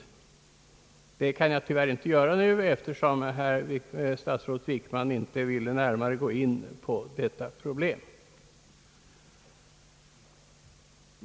Det kan vi tyvärr inte göra nu, eftersom statsrådet Wickman inte ville gå närmare in på problemet.